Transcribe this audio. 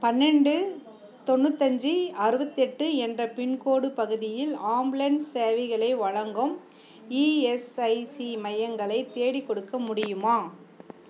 பன்னெண்டு தொண்ணூத்தஞ்சு அறுபத்தெட்டு என்ற பின்கோடு பகுதியில் ஆம்புலன்ஸ் சேவைகளை வழங்கும் இஎஸ்ஐசி மையங்களை தேடிக்கொடுக்க முடியுமா